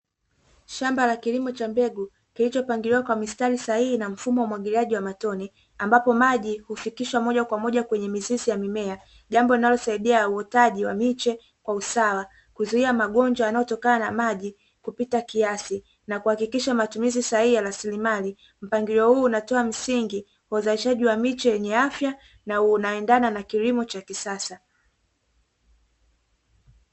Shamba la kilimo cha mbegu kilichopangiliwa kwa mistari sahihi ina mfumo wa umwagiliaji wa matone ambapo maji hufikishwa moja kwa moja kwenye mizizi ya mimea jambo linalosaidia uotaji wa miche kwa usawa kuzuia magonjwa yanayotokana na maji kupita kiasi na kuhakikisha matumizi sahihi ya rasilimali mpangilio huu unatoa msingi kwa uzalishaji wa miche yenye afya na unaoendana na kilimo cha kisasa.